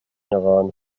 iran